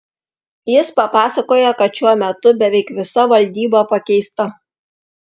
jis papasakojo kad šiuo metu beveik visa valdyba pakeista